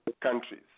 countries